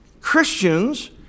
Christians